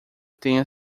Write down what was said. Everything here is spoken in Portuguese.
tenha